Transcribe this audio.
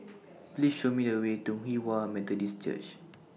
Please Show Me The Way to Hinghwa Methodist Church